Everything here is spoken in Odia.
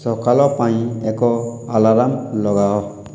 ସକାଳ ପାଇଁ ଏକ ଆଲାର୍ମ ଲଗାଅ